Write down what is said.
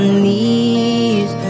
knees